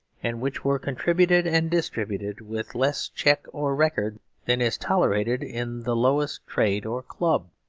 and which were contributed and distributed with less check or record than is tolerated in the lowest trade or club.